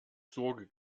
sorge